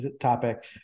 topic